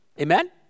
Amen